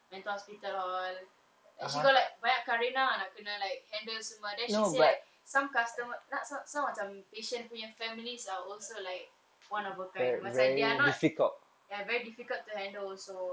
mental hospital all like she got like banyak kerenah nak kena like handle semua then she say like some customer nak some some macam patient punya families are also like one of a kind macam they are not ya very difficult to handle also